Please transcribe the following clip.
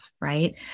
right